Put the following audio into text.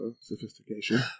sophistication